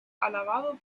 alabado